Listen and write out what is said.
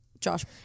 Josh